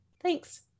Thanks